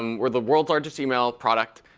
um we're the world's largest email product,